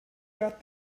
got